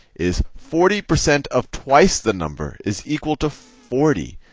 is forty percent of twice the number is equal to forty.